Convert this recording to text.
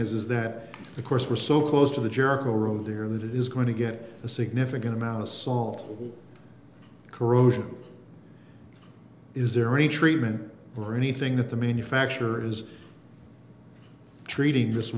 is that the course we're so close to the jericho road there that is going to get a significant amount of salt corrosion is there any treatment or anything that the manufacturer is treating this